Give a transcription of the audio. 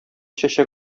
чәчәк